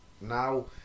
now